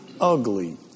ugly